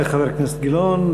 תודה לחבר הכנסת גילאון.